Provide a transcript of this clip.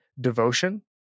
Devotion